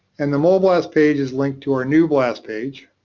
and the mole-blast page is linked to our new blast page.